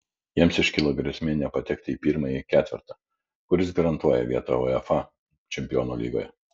jiems iškilo grėsmė nepatekti į pirmąjį ketvertą kuris garantuoja vietą uefa čempionų lygoje